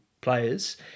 players